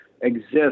exist